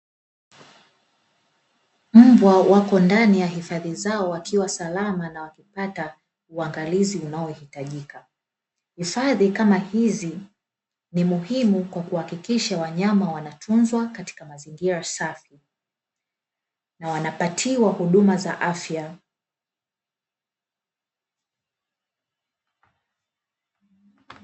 Mbwa wako ndani ya hifadhi zao wakiwa salama na wakipata uangalizi unaohitajika, hifadhi kama hizi ni muhimu kwakuhakikisha wanyama wanatunzwa katika mazingira safi na wanapatiwa huduma za afya.